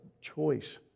choice